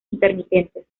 intermitentes